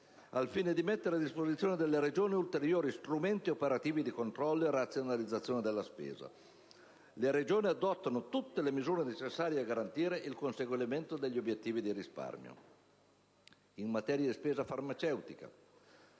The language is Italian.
al fine di mettere a disposizione delle Regioni ulteriori strumenti operativi di controllo e razionalizzazione della spesa. Le Regioni adottano tutte le misure necessarie a garantire il conseguimento degli obiettivi di risparmio